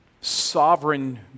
sovereign